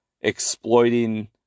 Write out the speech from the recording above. exploiting